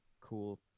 cool